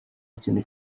kintu